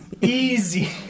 Easy